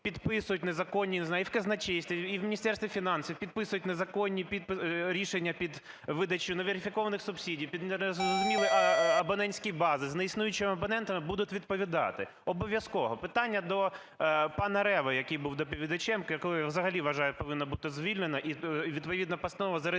підписують незаконні, я не знаю, і в казначействі, і в Міністерстві фінансів підписують незаконні рішення під видачу неверифікованих субсидій, під незрозумілі абонентські бази, з неіснуючими абонентами будуть відповідати обов'язково. Питання до пана Реви, який був доповідачем, якого взагалі, я вважаю, повинно бути звільнено, і відповідна постанова зареєстрована,